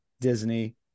Disney